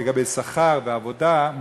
לגבי שכר ועבודה,